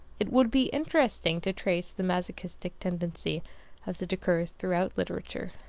it would be interesting to trace the masochistic tendency as it occurs throughout literature,